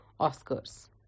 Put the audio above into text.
Oscars